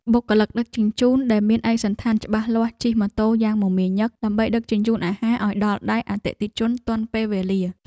បុគ្គលិកដឹកជញ្ជូនដែលមានឯកសណ្ឋានច្បាស់លាស់ជិះម៉ូតូយ៉ាងមមាញឹក ដើម្បីដឹកជញ្ជូនអាហារឱ្យដល់ដៃអតិថិជនទាន់ពេលវេលា។